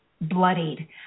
bloodied